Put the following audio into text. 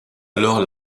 alors